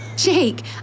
Jake